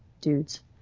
dudes